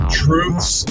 truths